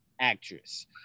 actress